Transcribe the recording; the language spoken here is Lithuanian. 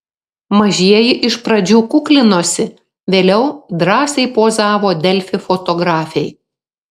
mažieji iš pradžių kuklinosi vėliau drąsiai pozavo delfi fotografei